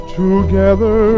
together